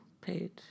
page